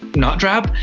not drab,